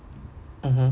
mmhmm